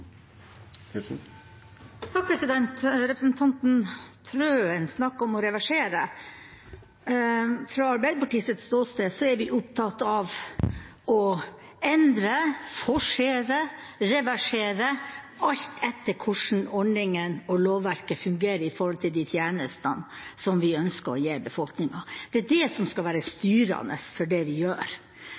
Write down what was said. vi opptatt av å endre, forsere og reversere alt etter hvordan ordningen og lovverket fungerer for de tjenestene som vi ønsker å gi befolkningen. Det er det som skal være styrende for det vi gjør.